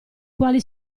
quali